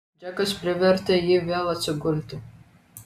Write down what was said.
džekas privertė jį vėl atsigulti